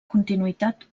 continuïtat